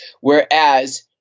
Whereas